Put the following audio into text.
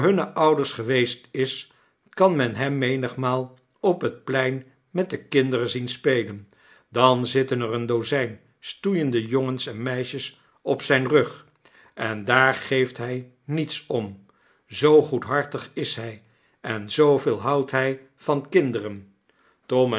ouders geweest is kan menhemmenigmaal op het plein met de kinderen zien spelen dan zitten er een dozijn stoeiende jongens en meisjes op zijn rug en daar geeft hij niets om zoo goedhartig is hij en zooveel houdt hij van kinderen tom